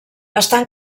estan